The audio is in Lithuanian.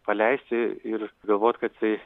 paleisti ir galvot kad jisai